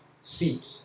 seat